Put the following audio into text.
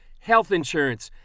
health insurance,